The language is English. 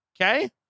okay